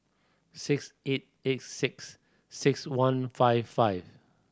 six eight eight six six one five five